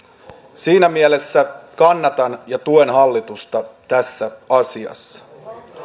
siinä mielessä kannatan ja tuen hallitusta tässä asiassa